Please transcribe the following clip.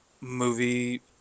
movie